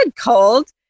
cold